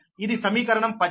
ఇది సమీకరణం 18